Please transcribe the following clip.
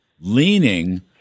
leaning